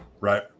right